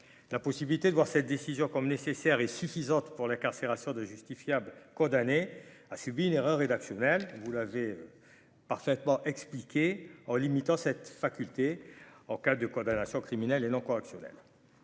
la possibilité de voir cette décision comme nécessaire et suffisante pour l'incarcération de justifiables condamné a subi une erreur rédactionnelle, vous l'avez parfaitement expliqué en limitant cette faculté en cas de condamnation criminelle, elle en correctionnelle